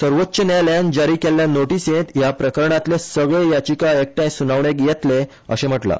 सर्वोच्च न्यायालयान जारी केल्ल्या नोटीसेंत ह्या प्रकरणातले सगळे याचिका एकठांय सुनावणेक येतले अशें म्हटला